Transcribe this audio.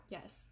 Yes